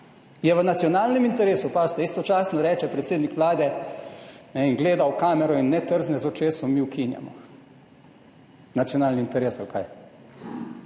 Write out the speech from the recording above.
Je v nacionalnem interesu, pazite, istočasno reče predsednik Vlade in gleda v kamero in ne trzne z očesom, mi ukinjamo nacionalni interes in nekaj